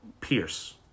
Pierce